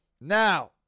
now